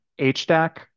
HDAC